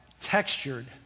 textured